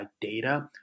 data